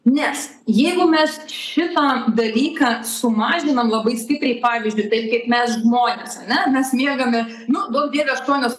nes jeigu mes šitą dalyką sumažinam labai stipriai pavyzdžiui taip kaip mes žmonės ane mes miegame nu duok dieve aštuonias